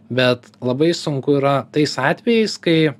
bet labai sunku yra tais atvejais kai